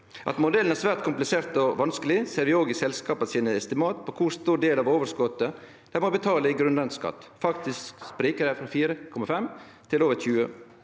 modellen er svært komplisert og vanskeleg, ser vi òg i selskapa sine estimat over kor stor del av overskotet dei må betale i grunnrenteskatt – faktisk sprikjer det frå 4,5 til over 20